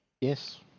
Yes